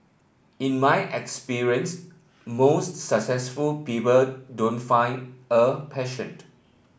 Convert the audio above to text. in my experience most successful people don't find a passion